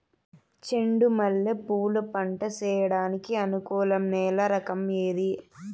చెండు మల్లె పూలు పంట సేయడానికి అనుకూలం నేల రకం ఏది